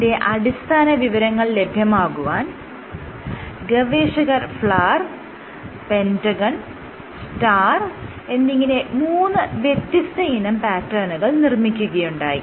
ഇതിന്റെ അടിസ്ഥാന വിവരങ്ങൾ ലഭ്യമാകുവാൻ ഗവേഷകർ ഫ്ലവർ പെന്റഗൺ സ്റ്റാർ എന്നിങ്ങനെ മൂന്ന് വ്യത്യസ്തയിനം പാറ്റേണുകൾ നിർമ്മിക്കുകയുണ്ടായി